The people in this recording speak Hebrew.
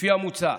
לפי המוצע,